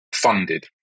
Funded